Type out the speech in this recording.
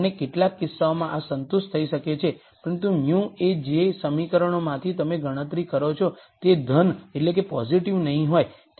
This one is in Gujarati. અને કેટલાક કિસ્સાઓમાં આ સંતુષ્ટ થઈ શકે છે પરંતુ μ કે જે સમીકરણોમાંથી તમે ગણતરી કરો છો તે ધન પોઝિટિવ નહીં હોય